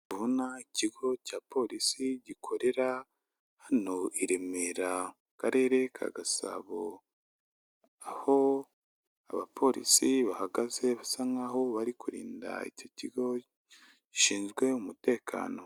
Ndabona ikigo cya polisi gikorera hano i Remera mu karere ka Gasabo, aho abapolisi bahagaze basa nk'aho bari kurinda icyo kigo gishinzwe umutekano.